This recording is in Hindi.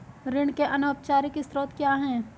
ऋण के अनौपचारिक स्रोत क्या हैं?